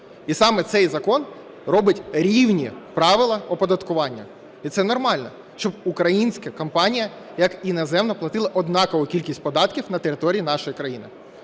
і саме цей закон робить рівні правила оподаткування. І це нормально, щоб українська компанія, як і іноземна, платила однакову кількість податків на території нашої країни.